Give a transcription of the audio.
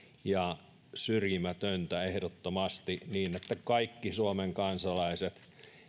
ja syrjimätöntä ehdottomasti niin että suomen kansalaiset